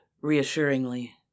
reassuringly